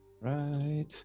Right